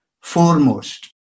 foremost